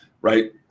right